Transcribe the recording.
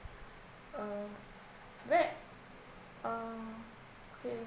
uh where uh okay